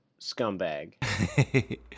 scumbag